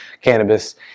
cannabis